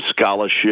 scholarship